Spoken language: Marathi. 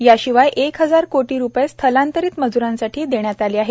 याशिवाय एक हजार कोटी रुपये स्थलांतरित मजूरांसाठी देण्यात आले आहेत